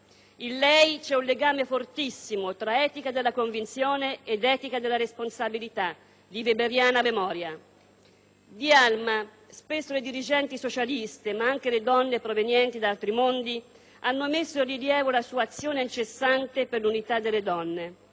In lei c'è un legame fortissimo tra etica della convinzione ed etica della responsabilità di weberiana memoria. Di Alma spesso le dirigenti socialiste, ma anche le donne provenienti da altri mondi, hanno messo in rilievo l'azione incessante per l'unità delle donne.